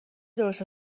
درست